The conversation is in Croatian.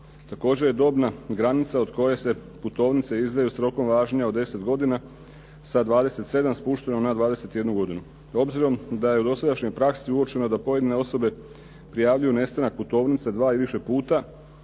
Također je dobna granica od koje se putovnice izdaju sa rokom važenja od 10 godina sa 27 spušteno na 21 godinu. Obzirom da je u dosadašnjoj praksi uočeno da pojedine osobe prijavljuju nestanak putovnice dva i više puta